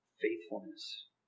faithfulness